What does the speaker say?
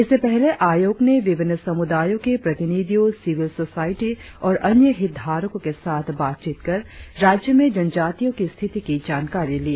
इससे पहले आयोग ने विभिन्न समुदायों के प्रतिनिधियों सिविल सोसायटी और अन्य हितधारकों के साथ बातचीत कर राज्य में जनजातियों की स्थिति की जानकारी ली